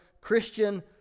Christian